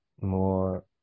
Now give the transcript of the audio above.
more